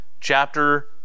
chapter